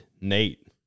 Nate